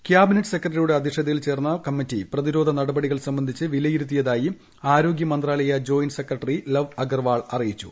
cabinet സെക്രട്ടറിയുടെ അദ്ധ്യക്ഷതയിൽ ചേർന്ന കൃമ്മിറ്റി പ്രതിരോധ നടപടികൾ സംബന്ധിച്ച് വിലയിരുത്തിയതായി ആരോഗ്യമന്ത്രാലയ ജോയിന്റ് സെക്രട്ടറി ലവ് അഗർവാൾ അറിയിച്ചു